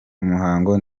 umuhango